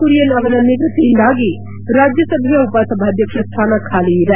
ಕುರಿಯನ್ ಅವರ ನಿವೃತ್ತಿಯಿಂದಾಗಿ ರಾಜ್ಯಸಭೆಯ ಉಪಸಭಾಧ್ಯಕ್ಷ ಸ್ಥಾನ ಖಾಲಿ ಇದೆ